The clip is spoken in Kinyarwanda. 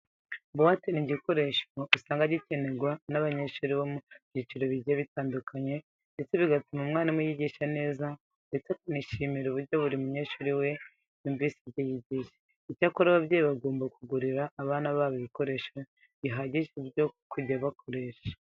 Buwate ni igikoresho usanga gikenerwa n'abanyeshuri bo mu byiciro bigiye bitandukanye ndetse bituma umwarimu yigisha neza ndetse akanishimira uburyo buri munyeshuri we aba yumvise ibyo yigishaga. Icyakora ababyeyi bagomba kugurira abana babo ibikoresho bihagije byo kujya bakoresha.